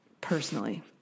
Personally